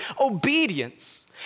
obedience